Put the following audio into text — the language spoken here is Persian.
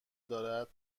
دارد